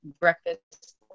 breakfast